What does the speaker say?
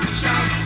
shout